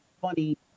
funny